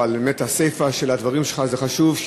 אבל באמת הסיפה של הדברים שלך חשובה,